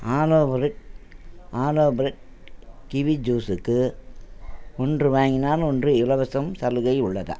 ஆலோ fruit aloe fruit kiwi ஜூஸுக்கு ஒன்று வாங்கினால் ஒன்று இலவசம் சலுகை உள்ளதா